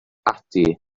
ati